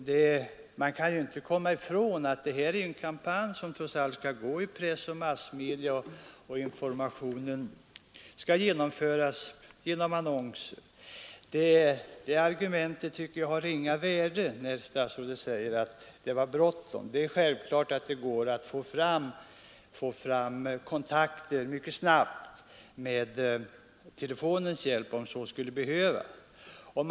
Den här kampanjen skall trots allt föras i press och andra massmedia, och informationen skall ges i annonser. Statsrådets argument att det var bråttom tycker jag således har ringa värde. Det går mycket snabbt att få kontakt med telefonens hjälp om så skulle behövas.